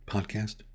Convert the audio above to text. Podcast